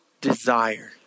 desire